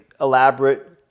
elaborate